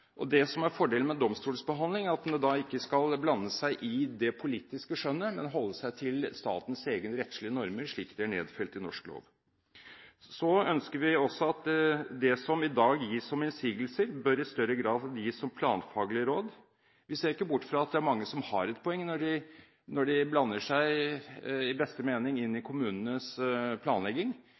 normer. Det som er fordelen med en domstolsbehandling, er at den ikke skal blande seg i det politiske skjønnet, men holde seg til statens egne rettslige normer, slik de er nedfelt i norsk lov. Så ønsker vi også at det som i dag gis som innsigelser, i større grad bør gis som planfaglige råd. Vi ser ikke bort fra at det er mange som har et poeng når de i beste mening blander seg inn i kommunenes planlegging,